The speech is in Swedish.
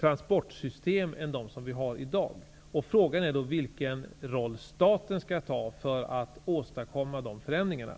transportsystem än de vi har i dag. Frågan är då vilken roll staten skall ha för att åstadkomma dessa förändringar.